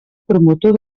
promotor